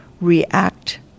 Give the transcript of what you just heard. react